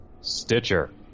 Stitcher